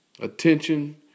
attention